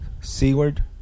Seaward